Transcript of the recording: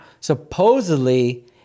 supposedly